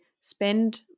spend